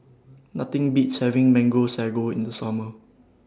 Nothing Beats having Mango Sago in The Summer